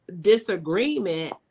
disagreement